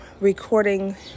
recording